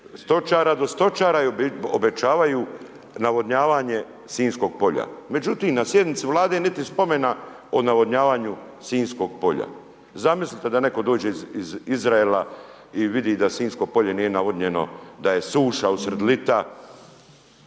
stočara do stočara i obećavaju navodnjavanje Sinjskog polja. Međutim, na sjednici Vlade niti spomena o navodnjavanju Sinjskog polja. Zamislite da netko dođe iz Izraela i vidi da Sinjsko polje nije navodnjeno, da je suša usred lita,